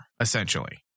essentially